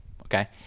Okay